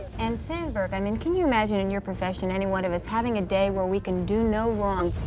and, sandberg, i mean, can you imagine in your profession, any one of us, having a day where we can do no wrong?